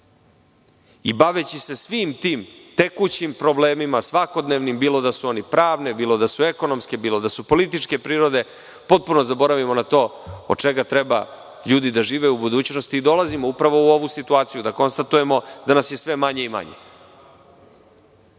Baveći se svim tim tekućim problemima, svakodnevnim bilo da su oni pravne, ekonomske, političke prirode, potpuno zaboravimo na to od čega treba ljudi da žive u budućnosti i dolazimo u ovu situaciju da konstatujemo da nas je sve manje i manje. Tu